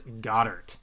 Goddard